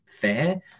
fair